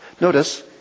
Notice